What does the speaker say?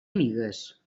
amigues